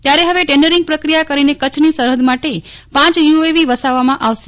ત્યારે હવે ટેન્ડરીંગ પ્રક્રિયા કરીને કચ્છની સરહદ માટે પ યુએવી વસાવવામાં આવશે